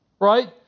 right